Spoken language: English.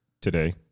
today